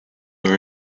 are